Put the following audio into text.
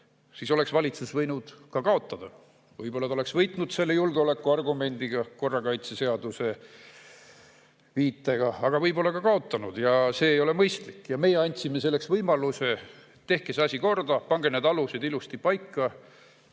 siis oleks valitsus võinud ka kaotada. Võib-olla ta oleks võitnud selle julgeolekuargumendiga, viitega korrakaitseseadusele, aga võib-olla oleks kaotanud. Ja see ei ole mõistlik. Meie andsime selleks võimaluse, tehke see asi korda, pange need alused ilusti paika.